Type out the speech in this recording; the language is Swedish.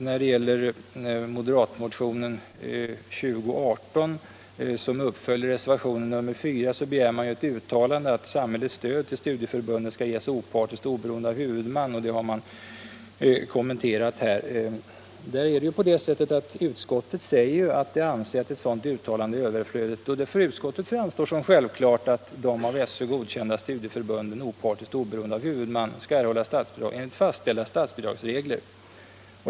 När det gäller moderatmotionen 2018, som följs upp i reservationen 4, begär man att riksdagen skall uttala att samhällets stöd till studieförbunden skall ges opartiskt och oberoende av huvudman — det har man också kommenterat här. Utskottet säger att man anser ett sådant uttalande överflödigt och att det för utskottet framstår som självklart att de av SÖ godkända stu dieförbunden opartiskt och oberoende av huvudman skall erhålla statsbidrag enligt fastställda statsbidragsregler.